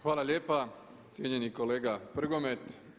Hvala lijepa cijenjeni kolega Prgomet.